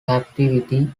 captivity